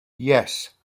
yes